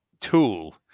tool